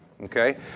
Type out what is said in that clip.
Okay